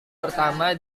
pertama